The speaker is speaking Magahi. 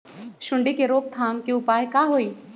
सूंडी के रोक थाम के उपाय का होई?